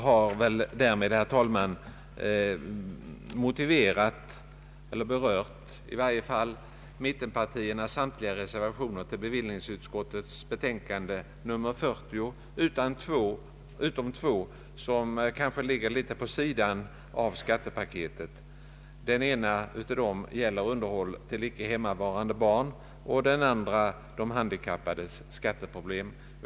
Jag har härmed, herr talman, berört mittenpartiernas samtliga reservationer till bevillningsutskottets betänkande nr 40 utom två, som kanske ligger litet vid sidan av skattepaketet. Den ena av dem gäller underhåll till icke hemmavarande barn och den andra de handikappades skatteproblem.